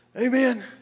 Amen